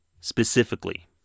Specifically